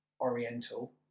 oriental